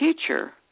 teacher